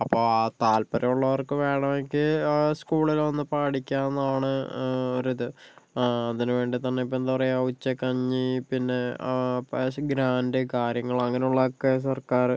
അപ്പോൾ ആ താല്പര്യമുള്ളവർക്ക് വേണമെങ്കിൽ സ്കൂളില് വന്നു പഠിക്കാവുന്നതാണ് ഒരു ഇത് അതിനു വേണ്ടി തന്നെ ഇപ്പോൾ എന്താ പറയുക ഉച്ച കഞ്ഞി പിന്നെ പൈസയും ഗ്രാൻഡ് കാര്യങ്ങള് അങ്ങനെയുള്ളതൊക്കെ സർക്കാര്